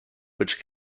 which